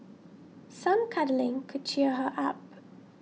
some cuddling could cheer her up